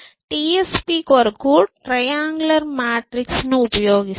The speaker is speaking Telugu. TSP కొరకు ట్ట్రయాంగులర్ మ్యాట్రిక్స్ ను ఉపయోగిస్తాం